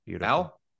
Al